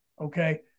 okay